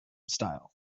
style